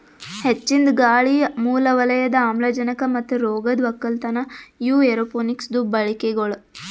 ಹೆಚ್ಚಿಂದ್ ಗಾಳಿ, ಮೂಲ ವಲಯದ ಆಮ್ಲಜನಕ ಮತ್ತ ರೋಗದ್ ಒಕ್ಕಲತನ ಇವು ಏರೋಪೋನಿಕ್ಸದು ಬಳಿಕೆಗೊಳ್